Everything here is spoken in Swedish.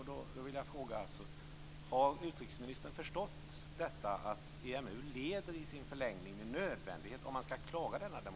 Då vill jag fråga: Har utrikesministern förstått att om man skall klara denna demokrati leder EMU i sin förlängning med nödvändighet till en federal superstat?